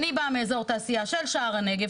אני באה מאיזור תעשייה של שער הנגב,